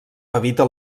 evita